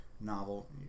novel